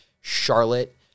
Charlotte